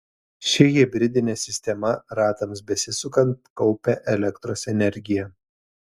ši hibridinė sistema ratams besisukant kaupia elektros energiją